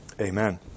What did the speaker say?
Amen